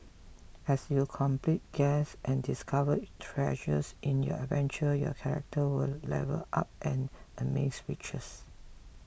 as you complete quests and discover treasures in your adventure your character will level up and amass riches